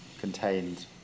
contained